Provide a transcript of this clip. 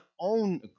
own